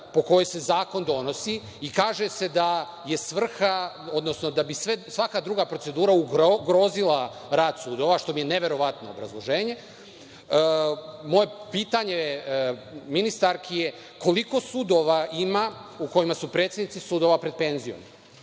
po kojoj se zakon donosi i kaže se da je svrha, odnosno da bi svaka druga procedura ugrozila rad sudova, što je neverovatno obrazloženje. Moje pitanje ministarki je – koliko sudova ima u kojima su predsednici sudova pred penzijom,